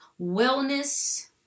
Wellness